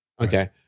okay